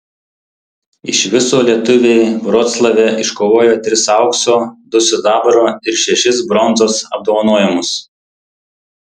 iš viso lietuviai vroclave iškovojo tris aukso du sidabro ir šešis bronzos apdovanojimus